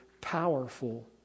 powerful